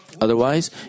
Otherwise